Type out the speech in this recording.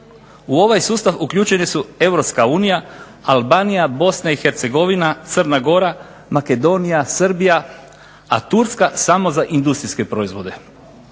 U ovaj sustav uključeni su Europska unija, Albanija, Bosna i Hercegovina, Crna Gora, Makedonija, Srbija, a Turska samo za industrijske proizvode.